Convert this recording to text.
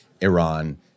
Iran